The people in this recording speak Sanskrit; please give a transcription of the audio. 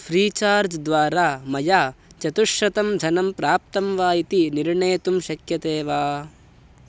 फ़्री चार्ज् द्वारा मया चतुःशतं धनं प्राप्तं वा इति निर्णेतुं शक्यते वा